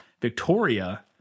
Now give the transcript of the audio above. Victoria